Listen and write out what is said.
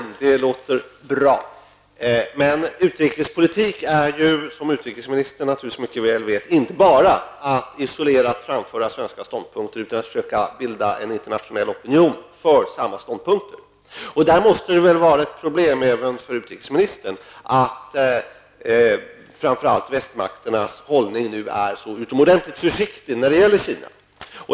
Herr talman! Det låter bra! Men utrikespolitik är ju, som utrikesministern naturligtvis mycket väl vet, inte bara att isolerat framförda svenska ståndpunkter utan att försöka bilda en internationell opinion för samma ståndpunkter. Det måste väl vara ett problem även för utrikesministern att framför allt västmakternas hållning nu är så utomordentligt försiktig när det gäller Kina.